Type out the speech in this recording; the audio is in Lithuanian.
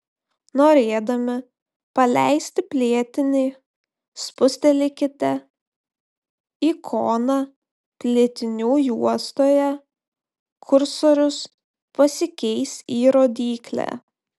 norėdami paleisti plėtinį spustelėkite ikoną plėtinių juostoje kursorius pasikeis į rodyklę